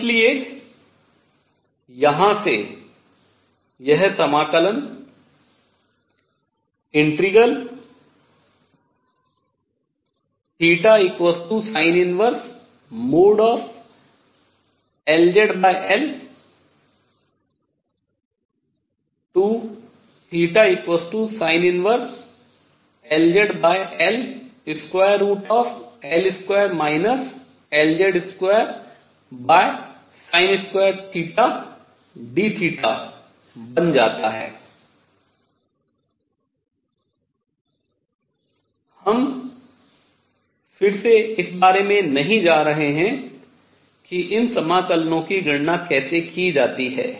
और इसलिए यहाँ से यह समाकलन θ θ L2 Lz2 dθबन जाता है फिर से हम इस बारे में नहीं जा रहे हैं कि इन समाकलनो की गणना कैसे की जाती है